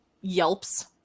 yelps